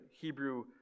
Hebrew